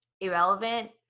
irrelevant